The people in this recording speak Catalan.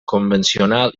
convencionals